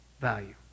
value